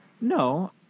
No